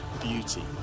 beauty